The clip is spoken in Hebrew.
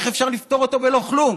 איך אפשר לפטור אותו בלא כלום?